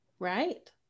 right